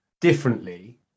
differently